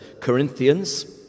Corinthians